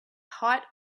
height